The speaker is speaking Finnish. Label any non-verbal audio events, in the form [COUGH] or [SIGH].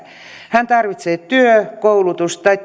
hän tarvitsee työ koulutus tai [UNINTELLIGIBLE]